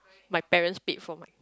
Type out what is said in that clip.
my parents paid for my